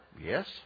Yes